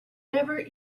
never